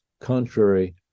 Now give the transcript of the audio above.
contrary